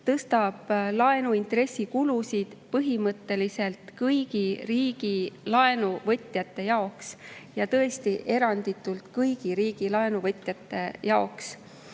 tõstab laenuintressikulusid põhimõtteliselt kõigi riigi laenuvõtjate jaoks, tõesti, eranditult kõigi riigi laenuvõtjate jaoks.